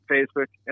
Facebook